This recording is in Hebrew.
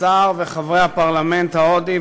השר וחברי הפרלמנט ההודי,